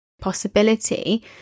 possibility